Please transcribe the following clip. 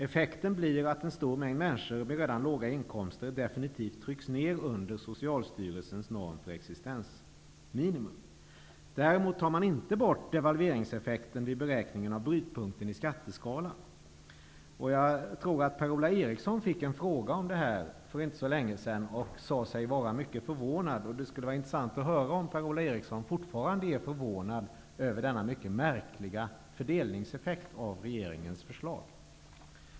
Effekten blir att en stor mängd människor med redan låga inkomster definitivt trycks ner under Däremot tar man inte bort devalveringseffekten vid beräkningen av brytpunkten i skatteskalan. Jag har för mig att Per-Ola Eriksson fick en fråga om detta för inte så länge sedan. Han sade sig då vara mycket förvånad. Det vore intressant att höra om Per-Ola Eriksson fortfarande är förvånad över denna mycket märkliga fördelningseffekt av regeringens förslag.